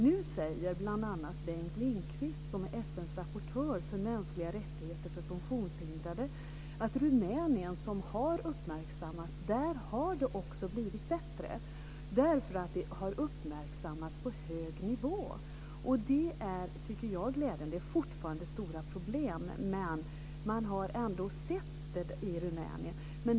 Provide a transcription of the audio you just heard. Nu säger bl.a. Bengt Lindqvist, som är FN:s rapportör för mänskliga rättigheter för funktionshindrade, att det också har blivit bättre i Rumänien, som har uppmärksammats, därför att detta har uppmärksammats på hög nivå. Det tycker jag är glädjande. Det är fortfarande stora problem, men man har ändå sett detta i Rumänien.